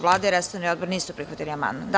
Vlada i resorni odbor nisu prihvatili amandman.